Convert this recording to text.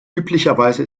üblicherweise